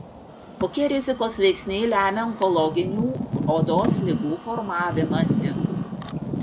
kokie rizikos veiksniai lemia onkologinių odos ligų formavimąsi